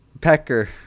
Pecker